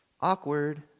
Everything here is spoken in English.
Awkward